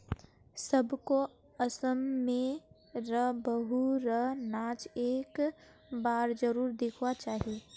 सबको असम में र बिहु र नाच एक बार जरुर दिखवा चाहि